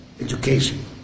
education